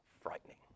frightening